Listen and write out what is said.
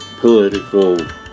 political